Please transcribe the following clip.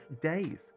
days